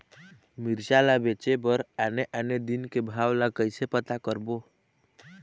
मिरचा ला बेचे बर आने आने दिन के भाव ला कइसे पता करबो?